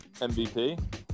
mvp